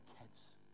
kids